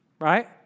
Right